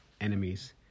enemies